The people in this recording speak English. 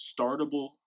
startable